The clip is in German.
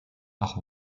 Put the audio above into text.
auch